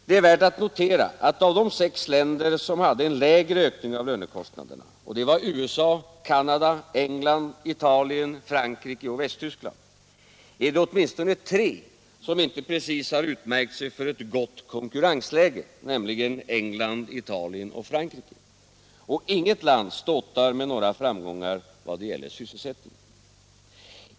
Det är värt att notera att av de sex länder som hade en lägre ökning av lönekostnaderna — USA, Canada, England, Italien, Frankrike och Västtyskland — är det åtminstone tre som inte precis har utmärkt sig för ett gott konkurrensläge, nämligen England, Italien och Frankrike. Och inget land ståtar med några framgångar när det gäller sysselsättningen.